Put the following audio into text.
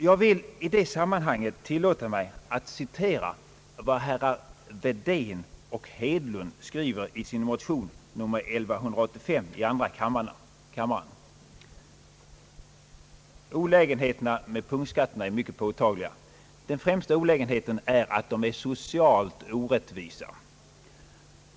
Jag vill i det sammanhanget tillåta mig att citera vad herrar Wedén och Hedlund skrivit i sin motion II: 1185: »Olägenheterna med punktskatterna är mycket påtagliga. Den främsta olägen heten är att de är socialt orättvisa.